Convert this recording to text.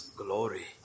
glory